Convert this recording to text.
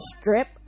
strip